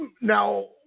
Now